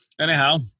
anyhow